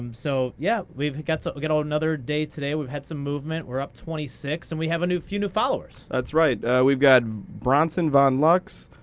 um so yeah, we've got so got another day today. we've had some movement. we're up twenty six. and we have a few new followers. that's right, we've got bronsonvonlux,